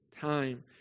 time